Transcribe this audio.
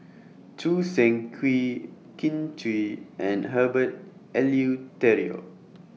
Choo Seng Quee Kin Chui and Herbert Eleuterio